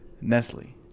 Nestle